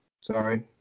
Sorry